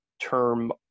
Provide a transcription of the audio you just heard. term